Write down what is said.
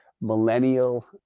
millennial